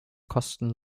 kosten